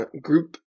group